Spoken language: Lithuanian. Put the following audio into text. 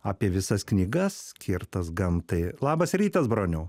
apie visas knygas skirtas gamtai labas rytas broniau